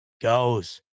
goes